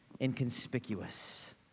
Inconspicuous